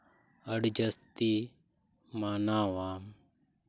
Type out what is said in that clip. ᱟᱹᱰᱤ ᱡᱟᱹᱥᱛᱤ ᱢᱟᱱᱟᱣᱟ